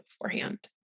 beforehand